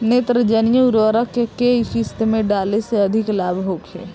नेत्रजनीय उर्वरक के केय किस्त में डाले से अधिक लाभ होखे?